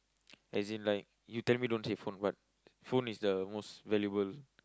as in like you tell me don't say phone but phone is the most valuable